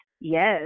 Yes